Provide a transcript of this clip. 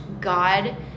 God